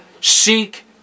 seek